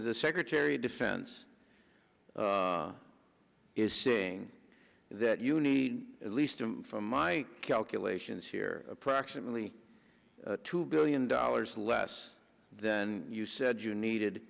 the secretary of defense is saying that you need at least from my calculations here approximately two billion dollars less than you said you